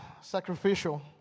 sacrificial